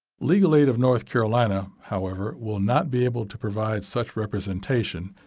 legal aid of north carolina, however, will not be able to provide such representation,